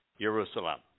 Jerusalem